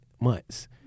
months